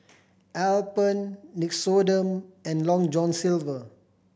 Alpen Nixoderm and Long John Silver